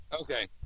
Okay